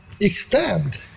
extend